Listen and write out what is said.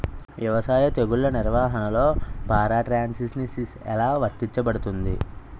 వ్యవసాయ తెగుళ్ల నిర్వహణలో పారాట్రాన్స్జెనిసిస్ఎ లా వర్తించబడుతుంది?